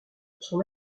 son